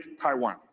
Taiwan